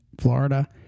Florida